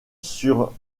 sur